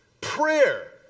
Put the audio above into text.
prayer